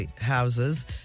houses